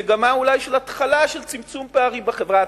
מגמה אולי של התחלה של צמצום פערים בחברה,